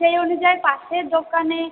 সেই অনুযায়ী পাশের দোকানে